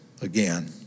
again